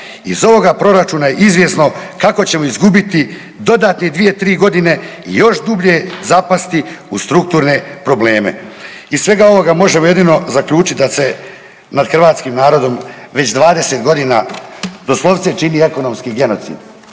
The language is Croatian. iz ovoga proračuna je izvjesno kako ćemo izgubiti dodatne 2-3.g. i još dublje zapasti u strukturne problema. Iz svega ovoga možemo jedino zaključit da se nad hrvatskim narodom već 20.g. doslovce čini ekonomski genocid